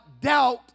doubt